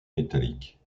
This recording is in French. métallique